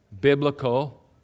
biblical